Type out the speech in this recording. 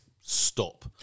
stop